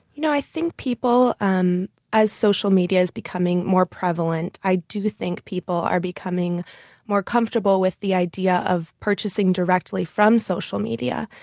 you know i think people, um as social media is becoming more prevalent, i think people are becoming more comfortable with the idea of purchasing directly from social media,